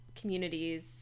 communities